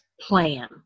plan